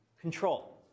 Control